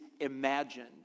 imagined